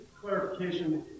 clarification